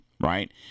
right